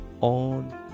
on